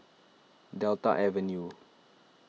Delta Avenue